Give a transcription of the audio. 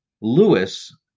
Lewis